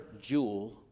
Jewel